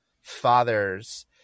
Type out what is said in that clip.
fathers